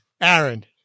Aaron